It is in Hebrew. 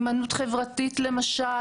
הימנעות חברתית למשל,